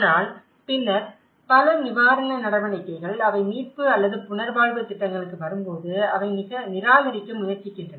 ஆனால் பின்னர் பல நிவாரண நடவடிக்கைகள் அவை மீட்பு அல்லது புனர்வாழ்வு திட்டங்களுக்கு வரும்போது அவை நிராகரிக்க முயற்சிக்கின்றன